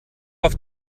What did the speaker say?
auf